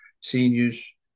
seniors